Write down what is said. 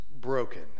broken